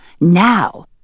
Now